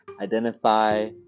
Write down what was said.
identify